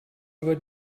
aber